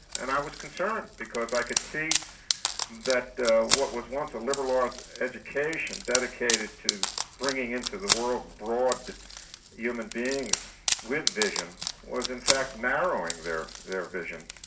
and i was concerned because i could see that what was once a liberal arts education dedicated to bringing into the world broad human beings with vision was in fact narrowing their their vision